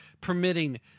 permitting